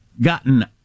gotten